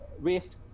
waste